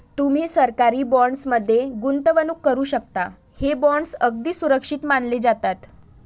तुम्ही सरकारी बॉण्ड्स मध्ये गुंतवणूक करू शकता, हे बॉण्ड्स अगदी सुरक्षित मानले जातात